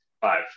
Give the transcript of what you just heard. five